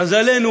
מזלנו